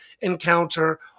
encounter